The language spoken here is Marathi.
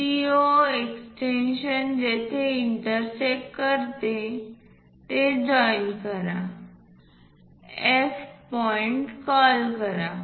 CO एक्सटेंशन जेथे इंटरसेक्ट करते ते जॉईन करा F पॉईंट कॉल करा